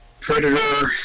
Predator